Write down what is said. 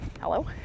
hello